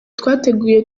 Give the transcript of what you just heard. twateguye